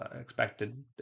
expected